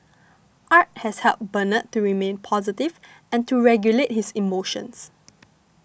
art has helped Bernard to remain positive and to regulate his emotions